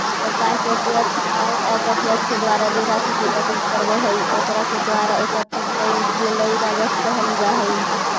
सरकार प्रत्यक्ष औउर अप्रत्यक्ष के द्वारा जे राशि के एकत्रित करवऽ हई ओकरा के द्वारा एकत्रित कइल गेलई राजस्व कहल जा हई